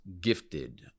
gifted